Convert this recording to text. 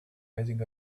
rising